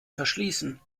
verschließen